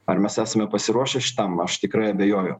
ar mes esame pasiruošę šitam aš tikrai abejoju